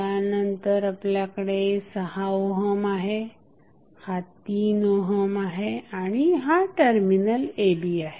त्यानंतर आपल्याकडे 6 ओहम आहे हा 3 ओहम आहे आणि हा टर्मिनल a b आहे